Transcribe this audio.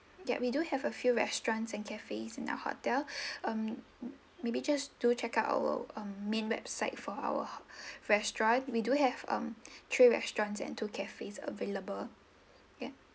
yup we do have a few restaurants and cafes in the hotel um maybe just do check out our uh main website for our restaurant we do have um three restaurants and two cafes available yup